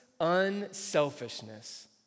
unselfishness